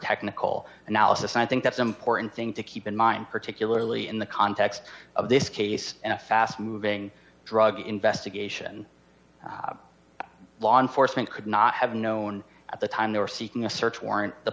technical analysis and i think that's important thing to keep in mind particularly in the context of this case a fast moving drug investigation law enforcement could not have known at the time they were seeking a search warrant the